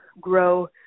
grow